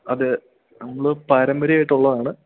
അത് നമ്മൾ പാരമ്പര്യമായിട്ടുള്ളതാണ്